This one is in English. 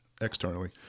externally